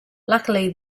luckily